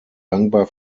dankbar